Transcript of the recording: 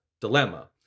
dilemma